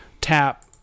tap